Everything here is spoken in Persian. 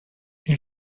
این